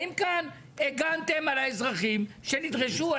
האם כאן הגנתם על האזרחים שנדרשו,